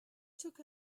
took